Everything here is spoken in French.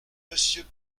monsieur